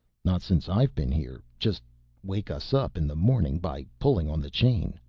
not since i've been here, just wake us up in the morning by pulling on the chain.